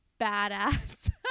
badass